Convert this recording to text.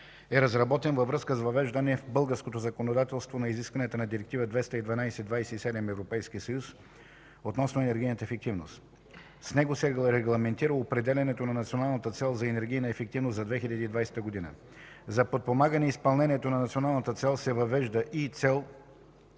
e разработен във връзка с въвеждане в българското законодателство на изискванията на Директива 2012/27/ЕС относно енергийната ефективност. С него се регламентира определянето на националната цел за енергийна ефективност за 2020 г. За подпомагане изпълнението на националната цел се въвежда и цел